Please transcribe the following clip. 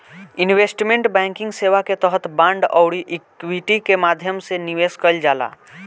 investment banking सेवा के तहत बांड आउरी इक्विटी के माध्यम से निवेश कईल जाला